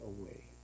away